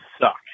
suck